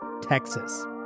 Texas